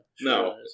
No